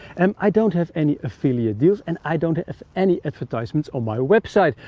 and i don't have any affiliate deals, and i don't have any advertisements on my website.